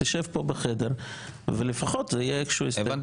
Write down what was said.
תשב פה בחדר ולפחות זה יהיה --- כל